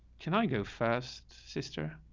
can i go first sister?